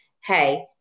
hey